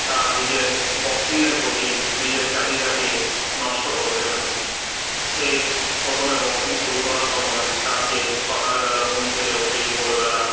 তার নিজের বক্সিংয়ের প্রতি নিজের চাহিদাকে নষ্ট করতে থাকে সে প্রথমে বক্সিং শুরু করার সময় তার যে সকালবেলা ঘুম থেকে উঠেই ভোরবেলা